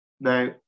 Now